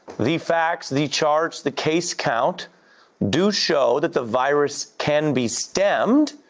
the facts, the charts, the case count do show that the virus can be steamed.